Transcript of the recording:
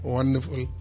Wonderful